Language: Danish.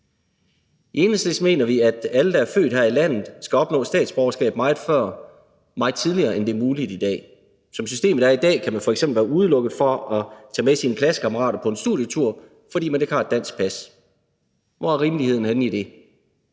I Enhedslisten mener vi, at alle, der er født her i landet, skal opnå statsborgerskab meget tidligere, end det er muligt i dag. Som systemet er i dag, kan man f.eks. være udelukket fra at tage med sine klassekammerater på en studietur, fordi man ikke har et dansk pas. Hvor er rimeligheden henne i det?